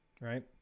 Right